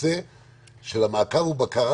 הנושא של מעקב ובקרה.